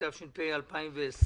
התש"ף-2020